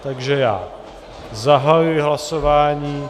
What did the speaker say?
Takže já zahajuji hlasování.